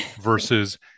versus